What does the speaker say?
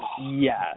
Yes